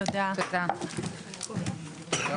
הישיבה ננעלה